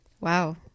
wow